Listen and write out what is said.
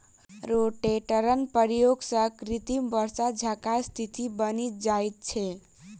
रोटेटरक प्रयोग सॅ कृत्रिम वर्षा जकाँ स्थिति बनि जाइत छै